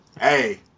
Hey